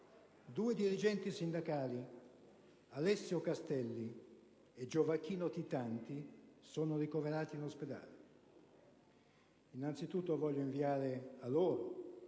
Due dirigenti sindacali, Alessio Castelli e Gioacchino Pitanti, sono ricoverati in ospedale. Innanzi tutto, voglio inviare a loro,